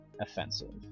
offensive